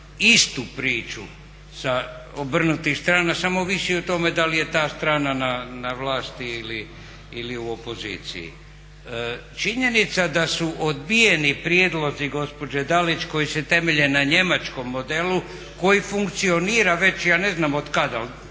istu priču sa obrnutih strana, samo ovisi o tome da li je ta strana na vlasti ili u opoziciji. Činjenica da su odbijeni prijedlozi gospođe Dalić koji se temelje na njemačkom modelu koji funkcionira već ja ne znam od kada,